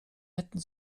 hätten